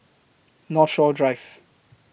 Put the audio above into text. Northshore Drive